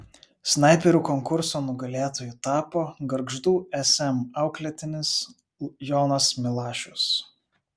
snaiperių konkurso nugalėtoju tapo gargždų sm auklėtinis jonas milašius